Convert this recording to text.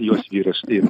jos vyras ir